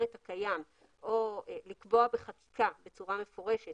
את הקיים או לקבוע בחקיקה בצורה מפורשת